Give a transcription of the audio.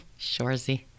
Shorzy